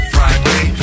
Friday